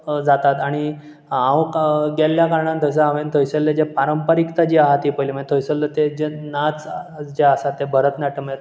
जातात आनी हांव का गेल्ल्या कारणान थंयच हांवें थंयसल्ले जे पारंपारिक्ता जी आसा ती पळयली म्ह थंयसल्लो ते जे नाच जे आसा ते भरतनाट्यम् म्ह